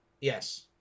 Yes